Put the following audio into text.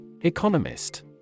economist